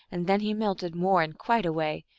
and then he melted more and quite away,